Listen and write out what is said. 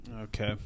okay